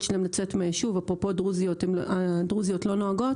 שלהן לצאת מהיישוב אפרופו הדרוזיות שלא נוהגות